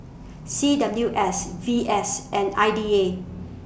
C W S V S and I D A